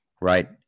Right